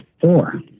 four